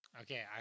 Okay